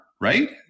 right